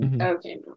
Okay